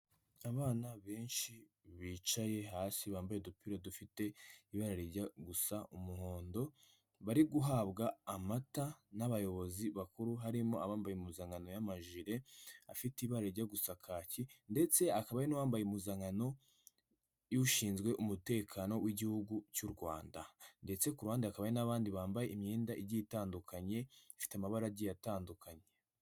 Abana benshi bicaye hasi bambaye udupira dufite ibara rijya gusa umuhondo, bari guhabwa amata n'abayobozi bakuru harimo abambaye impuzankano y'amajire afite ibara rijya gusa kacyi ndetse hakaba n'umbaye impuzankano y'ushinzwe umutekano w'igihugu cy'u Rwanda, ndetse kuruhande hakaba n'abandi bambaye imyenda igiye itandukanye ifite amabara atandukanye.